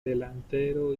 delantero